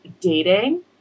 dating